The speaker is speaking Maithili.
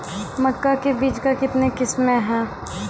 मक्का के बीज का कितने किसमें हैं?